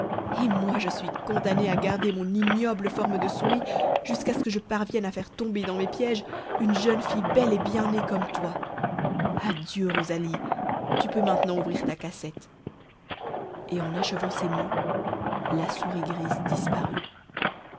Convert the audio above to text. et moi je suis condamnée à garder mon ignoble forme de souris jusqu'à ce que je parvienne à faire tomber dans mes pièges une jeune fille belle et bien née comme toi adieu rosalie tu peux maintenant ouvrir ta cassette et en achevant ces mots la souris grise disparut